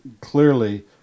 clearly